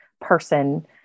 person